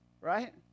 right